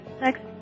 next